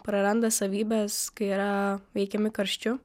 praranda savybes kai yra veikiami karščiu